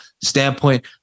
standpoint